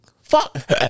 fuck